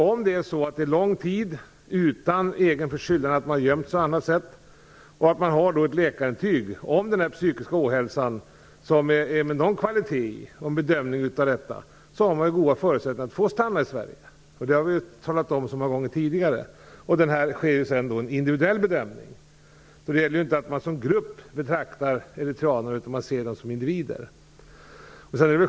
Om man har vistats här under lång tid och har ett läkarintyg som visar att man lider av psykisk ohälsa har man goda förutsättningar att få stanna i Sverige, vilket vi ju har talat om så många gånger tidigare. Därefter görs en individuell bedömning. Det gäller att inte betrakta eritreanerna som grupp utan som individer.